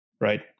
right